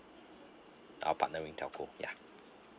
our partnering telco ya